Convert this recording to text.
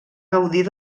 gaudir